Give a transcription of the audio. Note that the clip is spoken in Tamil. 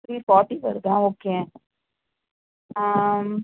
த்ரீ ஃபார்ட்டி வருதா ஓகே